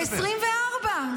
ב-22 ביולי 2024,